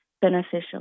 beneficial